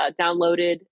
downloaded